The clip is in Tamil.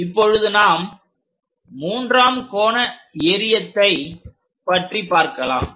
இப்பொழுது நாம் மூன்றாம் கோண எறியத்தை பற்றி பார்க்கலாம்